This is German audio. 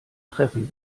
treffen